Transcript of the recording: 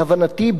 להבנתי,